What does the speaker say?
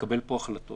ולקבל פה החלטות